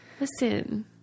Listen